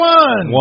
one